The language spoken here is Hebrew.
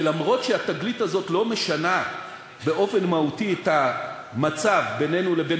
שאף שהתגלית הזאת לא משנה באופן מהותי את המצב בינינו לבין